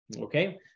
Okay